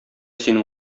синең